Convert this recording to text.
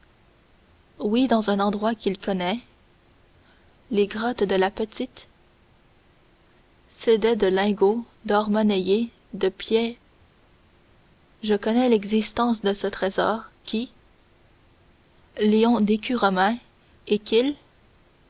oui dans un endroit qu'il connaît les grottes de la petite sédais de lingots d'or monnayé de pier je connais l'existence de ce trésor qui lions d'écus romains et